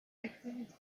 activity